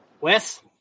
Wes